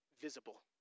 visible